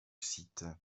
site